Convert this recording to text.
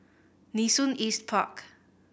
Nee Soon East Park